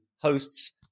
hosts